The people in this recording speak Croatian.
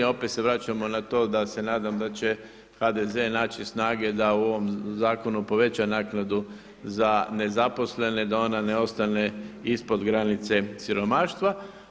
Opet se vraćamo na to da se nadam da će HDZ naći snage da u ovom zakonu poveća naknadu za nezaposlene da ona ne ostane ispod granice siromaštva.